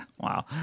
Wow